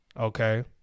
Okay